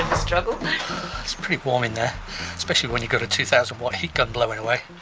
struggle it's pretty warm in there especially when you've got a two thousand watt heat gun blowing away.